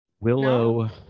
Willow